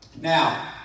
Now